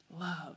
Love